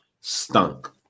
stunk